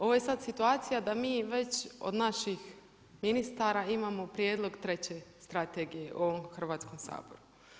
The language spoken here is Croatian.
Ovo je sad situacija da mi već od naših ministara imamo prijedlog treće strategije u ovom Hrvatskom saboru.